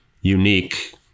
unique